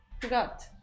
forgot